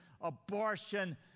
abortion